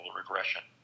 regression